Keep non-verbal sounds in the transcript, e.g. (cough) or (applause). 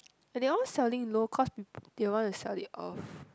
they all selling low cause (noise) they want to sell it off